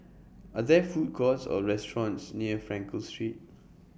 Are There Food Courts Or restaurants near Frankel Street